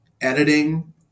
editing